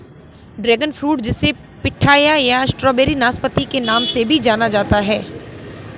dragon fruit जिसे पिठाया या स्ट्रॉबेरी नाशपाती के नाम से भी जाना जाता है